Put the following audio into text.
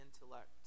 intellect